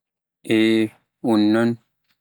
Eh un noon